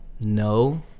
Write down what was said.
no